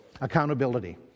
accountability